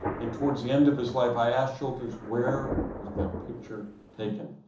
and towards the end of his life, i asked schultes, where was that picture taken?